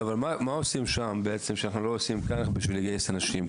אבל מה עושים שם בעצם שאנחנו לא עושים כאן בשביל לגייס אנשים?